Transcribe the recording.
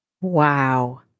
Wow